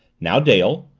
now, dale,